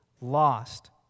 lost